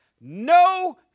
No